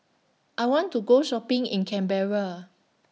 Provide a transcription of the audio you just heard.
I want to Go Shopping in Canberra